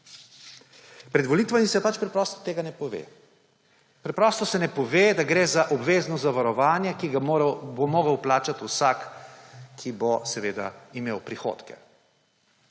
Pred volitvami se pač preprosto tega ne pove. Preprosto se ne pove, da gre za obvezno zavarovanje, ki ga bo moral plačati vsak, ki bo seveda imel prihodke.